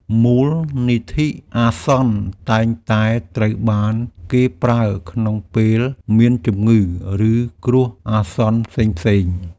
មូលនិធិអាសន្នតែងតែត្រូវបានគេប្រើក្នុងពេលមានជំងឺ ឬគ្រោះអាសន្នផ្សេងៗ។